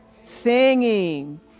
singing